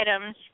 items